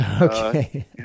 Okay